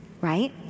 right